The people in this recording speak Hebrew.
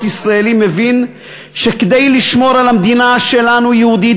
ישראלי מבין שכדי לשמור על המדינה שלנו יהודית,